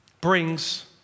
brings